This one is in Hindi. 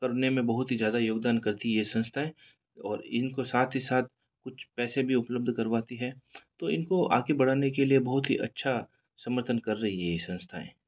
करने में बहुत ही ज़्यादा योगदान करती है यह संस्थाएँ और इनका साथ ही साथ कुछ पैसे भी उपलब्ध करवाती है तो इनको आगे बढ़ाने के लिए बहुत ही अच्छा समर्थन कर रही है ये संस्थाएँ